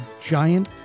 giant